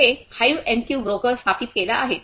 येथे HiveMQ broker स्थापित केला आहे